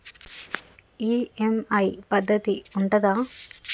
EMI పద్ధతి ఉంటదా?